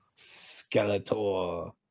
Skeletor